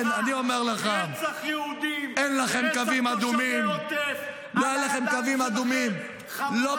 רצח יהודים, רצח תושבי עוטף, על הידיים שלכם.